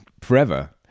forever